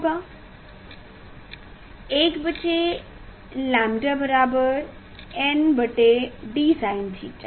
1 बटे लैंबडा बराबर n बटे d साइन थीटा